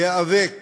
להיאבק